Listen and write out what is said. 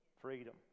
freedom